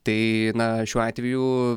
tai na šiuo atveju